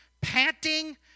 panting